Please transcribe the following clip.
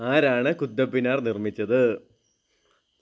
ആരാണ് കുത്തബ്മിനാര് നിർമ്മിച്ചത്